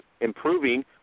improving